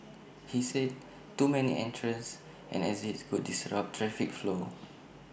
he said too many entrances and exits could disrupt traffic flow